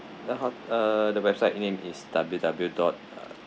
the h~ uh the website name is W W dot uh